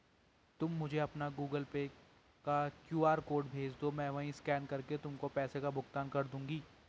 तुम मुझे अपना गूगल पे का क्यू.आर कोड भेजदो, मैं वहीं स्कैन करके तुमको पैसों का भुगतान कर दूंगी